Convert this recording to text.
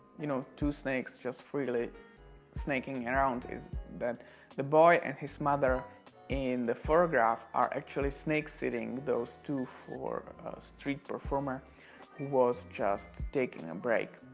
you know two snakes just freely sneaking and around is that the boy and his mother in the photograph are actually snakesitting those two for street performer who was just taking a break.